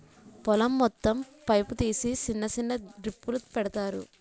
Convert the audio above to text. పొలం మొత్తం పైపు తీసి సిన్న సిన్న డ్రిప్పులు పెడతారు